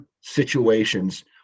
situations